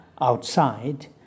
outside